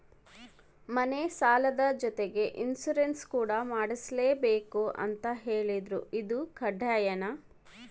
ಮನೆ ಸಾಲದ ಜೊತೆಗೆ ಇನ್ಸುರೆನ್ಸ್ ಕೂಡ ಮಾಡ್ಸಲೇಬೇಕು ಅಂತ ಹೇಳಿದ್ರು ಇದು ಕಡ್ಡಾಯನಾ?